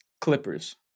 clippers